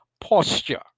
posture